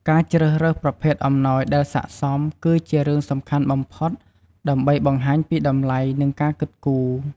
ការជ្រើសរើសប្រភេទអំណោយដែលស័ក្តិសម គឺជារឿងសំខាន់បំផុតដើម្បីបង្ហាញពីតម្លៃ និងការគិតគូរ។